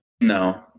No